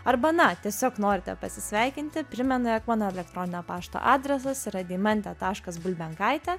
arba na tiesiog norite pasisveikinti primenu jog mano elektroninio pašto adresas yra deimantė taškas bulbenkaitė